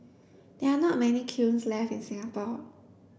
there are not many kilns left in Singapore